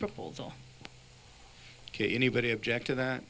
proposal ok anybody object to that